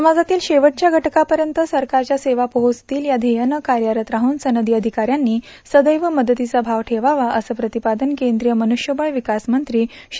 समाजातील शेवटच्या घटकापर्यंत सरकारच्या सेवा पोझेचतील या ध्येयानं कार्यरत राहून सनदी अधिकाऱ्यांनी सदैव मदतीचा भाव ठेवावा असं प्रतिपादन केंद्रीय मनुष्यबळ विकास मंत्री श्री